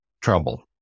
trouble